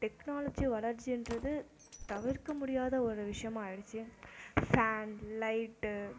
technology வளர்ச்சின்றது தவிர்க்க முடியாத ஒரு விஷயமா ஆகிடுச்சி ஃபேன் லைட்